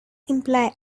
imply